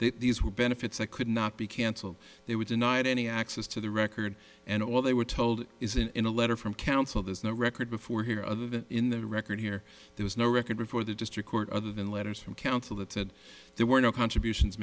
that these were benefits i could not be cancelled they were denied any access to the record and all they were told is in a letter from counsel there's no record before here other than in the record here there was no record before the district court other than letters from counsel that said there were no contributions